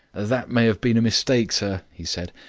that may have been a mistake, sir, he said.